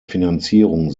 finanzierung